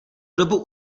dobu